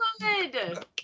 good